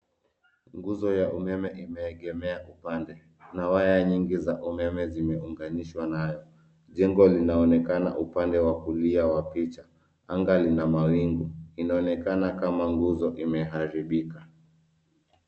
Nguzo ya umeme imeegemea upande. Kuna waya nyingi za umeme zimeunganishwa nayo. Jengo linaonekana upande wa kulia wa picha. Anga lina mawingu. Inaonekana kama nguzo imeharibika.